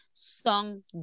Song